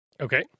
okay